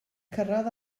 cyrraedd